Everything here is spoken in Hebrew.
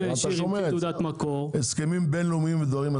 תעודות מקור זה על רכבים חדשים.